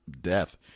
death